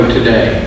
today